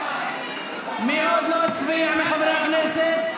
מי עוד לא הצביע מחברי הכנסת?